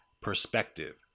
perspective